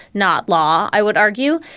not law. i would argue.